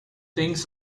things